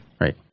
Right